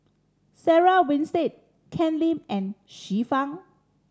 Sarah Winstedt Ken Lim and Xiu Fang